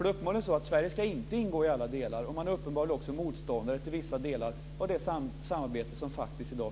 Det är uppenbarligen så att Sverige inte ska ingå i alla delar, och man är uppenbarligen också motståndare till vissa delar av det samarbete som finns i dag.